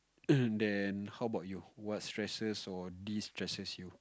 then how about you what stresses or destresses you